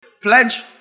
Pledge